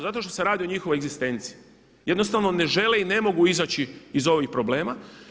Zato što se radi o njihovoj egzistenciji, jednostavno ne žele i ne mogu izaći iz ovih problema.